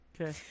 Okay